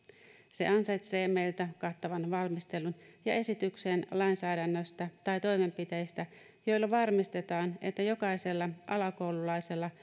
se ansaitsee meiltä kattavan valmistelun ja esityksen lainsäädännöstä tai toimenpiteistä joilla varmistetaan että jokaisella alakoululaisella